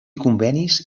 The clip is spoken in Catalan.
convenis